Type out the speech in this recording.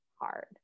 hard